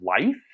life